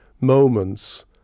moments